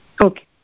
Okay